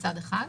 מצד אחד,